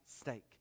stake